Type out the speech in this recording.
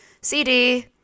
CD